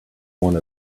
one